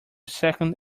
second